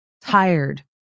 tired